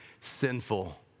sinful